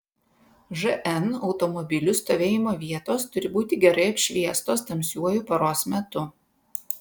žn automobilių stovėjimo vietos turi būti gerai apšviestos tamsiuoju paros metu